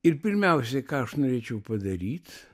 ir pirmiausiai ką aš norėčiau padaryt